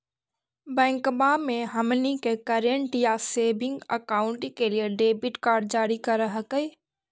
बैंकवा मे हमनी के करेंट या सेविंग अकाउंट के लिए डेबिट कार्ड जारी कर हकै है?